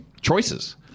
choices